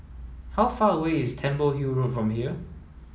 how far away is Temple Hill Road from here